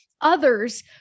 Others